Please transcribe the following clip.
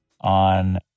on